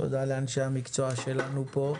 תודה לאנשי המקצוע שלנו פה.